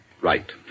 Right